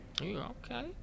Okay